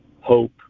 hope